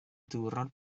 ddiwrnod